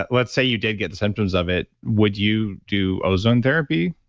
let's say you did get the symptoms of it would you do ozone therapy?